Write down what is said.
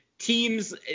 Teams